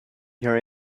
here